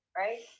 right